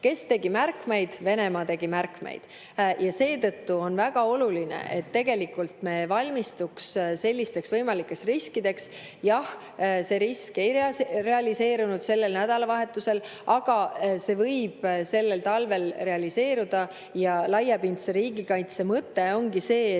Kes tegi märkmeid? Venemaa tegi märkmeid. Seetõttu on väga oluline, et me valmistuksime sellisteks võimalikes riskideks. Jah, see risk ei realiseerunud sellel nädalavahetusel, aga see võib realiseeruda sellel talvel. Ja laiapindse riigikaitse mõte ongi see,